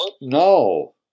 No